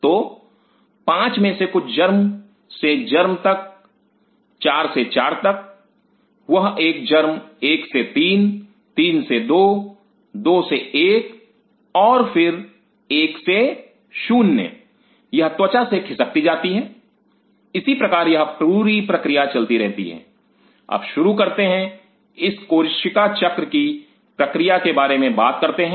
तो पाँच में से कुछ जर्म से जर्म तक 4 से 4 तक वह एक जर्म 1 से 3 3 से 2 2 से 1 और फिर 1 से 0 यह त्वचा से खिसकती जाती हैं इसी प्रकार यह पूरी प्रक्रिया चलती रहती है अब शुरू करते हैं इस कोशिका चक्र की प्रक्रिया के बारे में बात करते हैं